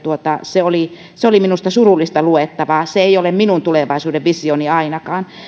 se oli se oli minusta surullista luettavaa se ei ole minun tulevaisuuden visioni ainakaan